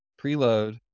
preload